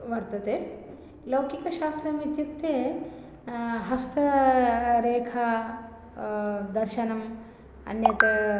वर्तते लौकिकशास्त्रम् इत्युक्ते हस्त रेखा दर्शनम् अन्यत्